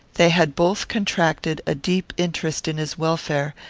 they had both contracted a deep interest in his welfare,